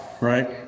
right